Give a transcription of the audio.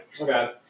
Okay